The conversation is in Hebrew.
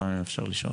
סתם אם אפשר לשאול?